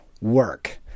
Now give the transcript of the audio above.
work